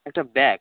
একটা ব্যাগ